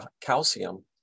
calcium